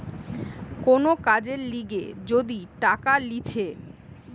কোন কাজের লিগে যদি টাকা লিছে